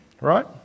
right